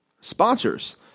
sponsors